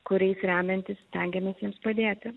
kuriais remiantis stengiamės jiems padėti